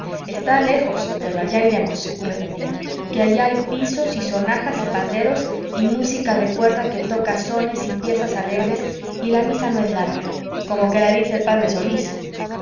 está lejos pero allá iremos repetía que allí hay pisos y sonajas y panderos y música de cuerda que toca sones y piezas alegres y la misa no es larga cómo que la dice el p solís